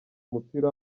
umupira